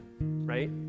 right